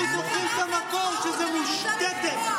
אנחנו זוכרים את המקור, שזה מושתתת.